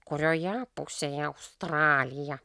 kurioje pusėje australija